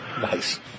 Nice